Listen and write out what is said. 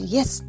Yes